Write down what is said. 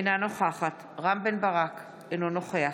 אינה נוכחת רם בן ברק, אינו נוכח